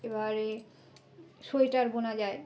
এবারে সোয়েটার বোনা যায়